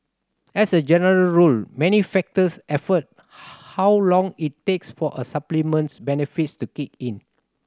as a general rule many factors affect how long it takes for a supplement's benefits to kick in